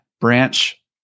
branch